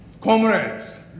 Comrades